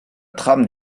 trame